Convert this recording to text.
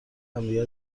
همدیگه